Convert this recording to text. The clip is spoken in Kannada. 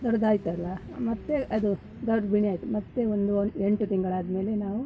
ದೊಡ್ಡದಾಯ್ತಲ್ಲ ಮತ್ತು ಅದು ಗರ್ಭಿಣಿ ಆಯಿತು ಮತ್ತೆ ಒಂದು ಒನ್ ಎಂಟು ತಿಂಗಳು ಆದ್ಮೇಲೆ ನಾವು